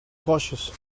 cautious